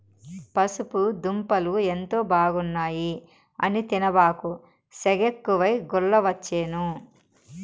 పసుపు దుంపలు ఎంతో బాగున్నాయి అని తినబాకు, సెగెక్కువై గుల్లవచ్చేను